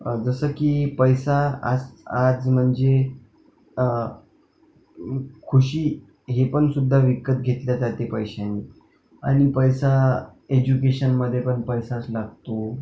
जसं की पैसा आज आज म्हणजे खुशी हे पणसुद्धा विकत घेतल्या जाते पैशाने आणि पैसा एज्युकेशनमध्ये पण पैसाच लागतो